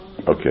Okay